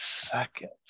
seconds